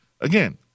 again